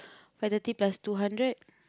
five thirty plus two hundred